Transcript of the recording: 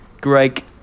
Greg